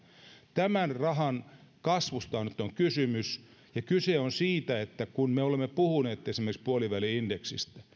tämän rahan kasvusta nyt on kysymys ja kyse on siitä että kun me olemme puhuneet esimerkiksi puoliväli indeksistä niin